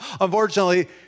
unfortunately